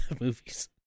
movies